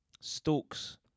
stalks